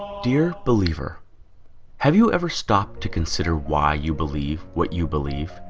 dear believer have you ever stopped to consider? why you believe what you believe?